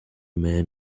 man